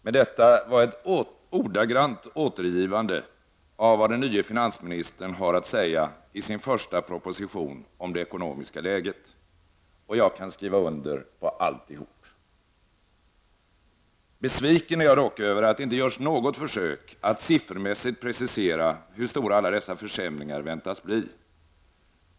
Men detta var ett ordagrant återgivande av vad den nye finansministern i sin första proposition har att säga om det ekonomiska läget. Och jag kan skriva under på alltihop. Besviken är jag dock över att det inte görs något försök att siffermässigt precisera hur stora alla dessa försämringar väntas bli.